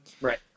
right